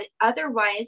otherwise